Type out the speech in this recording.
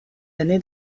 années